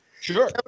Sure